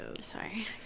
sorry